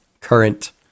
current